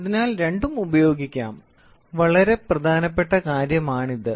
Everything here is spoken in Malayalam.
അതിനാൽ രണ്ടും ഉപയോഗിക്കാം വളരെ പ്രധാനപ്പെട്ട കാര്യമാണിത്